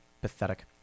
Pathetic